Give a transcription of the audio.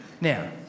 now